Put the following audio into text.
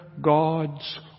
God's